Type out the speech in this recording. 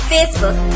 Facebook